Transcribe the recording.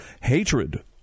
hatred